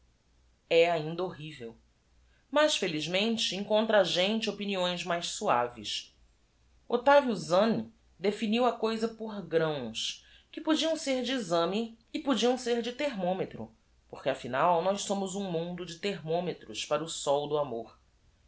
ainda horrível as felizmente encontra a gente opiniões mais suaves ct vio zanne definiu a coisa por gráos que podiam ser de exame e podiam ser de thermometro porque afinal nós somos um iirnudo de therrnonietros para o sol do amor